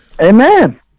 Amen